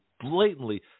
blatantly